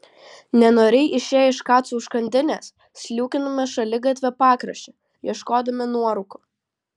nenoriai išėję iš kaco užkandinės sliūkinome šaligatvio pakraščiu ieškodami nuorūkų